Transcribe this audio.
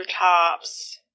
tops